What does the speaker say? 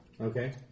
Okay